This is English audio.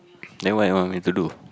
then what you want me to do